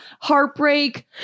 heartbreak